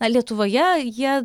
na lietuvoje jie